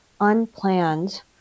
unplanned